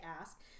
ask